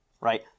right